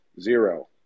zero